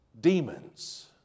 demons